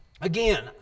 again